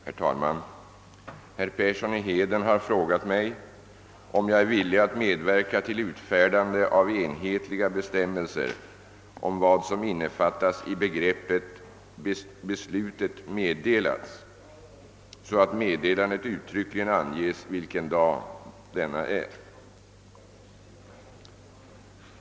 Herr talman! Herr Persson i Heden har frågat mig om jag är villig att medverka till utfärdande av enhetliga bestämmelser om vad som innefattas i begreppet »beslutet meddelats», så att i meddelandet uttryckligen anges: vilken dag som avses.